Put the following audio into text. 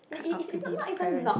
cut out to be parents